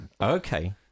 Okay